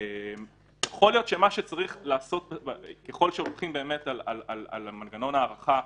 ככל שהולכים על מנגנון הארכה אוטומטי,